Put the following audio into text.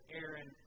Aaron